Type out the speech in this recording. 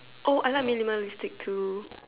oh I like minimalist too